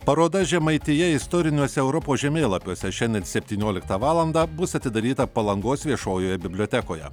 paroda žemaitija istoriniuose europos žemėlapiuose šiandien septynioliktą valandą bus atidaryta palangos viešojoje bibliotekoje